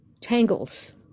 tangles